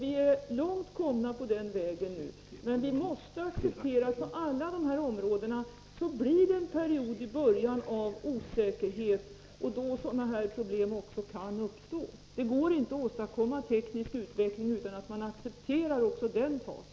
Vi är långt komna på den vägen nu, men vi måste på alla dessa områden acceptera att det i början blir en period av osäkerhet då sådana här problem kan uppstå. Det går inte att åstadkomma teknisk utveckling utan att man accepterar också den fasen.